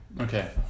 Okay